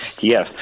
Yes